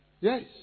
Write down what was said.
Yes